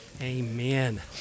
Amen